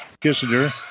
Kissinger